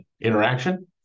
interaction